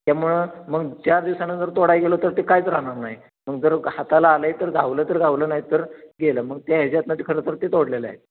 त्यामुळं मग चार दिवसानं जर तोडाय गेलो तर ते काहीच राहणार नाही मग जर हाताला आलं आहे तर घावलं तर घावलं नाहीतर गेलं मग त्या ह्याच्यातनं ते खरंतर ते तोडलेलं आहे